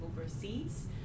overseas